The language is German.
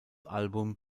album